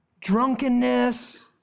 drunkenness